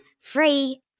Free